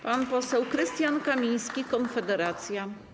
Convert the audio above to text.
Pan poseł Krystian Kamiński, Konfederacja.